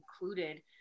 included